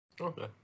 Okay